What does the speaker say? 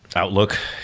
outlook.